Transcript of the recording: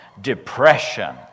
depression